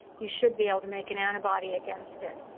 you should be able to make an antibody against it.